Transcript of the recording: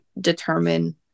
determine